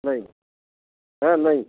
नहीं हाँ नहीं